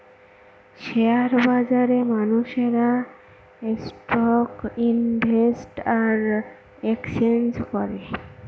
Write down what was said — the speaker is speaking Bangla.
শেয়ার বাজারে মানুষেরা স্টক ইনভেস্ট আর এক্সচেঞ্জ করে